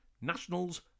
National's